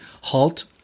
halt